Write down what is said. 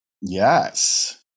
Yes